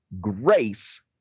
grace